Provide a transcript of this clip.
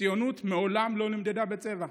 ציונות מעולם לא נמדדה בצבע,